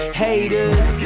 haters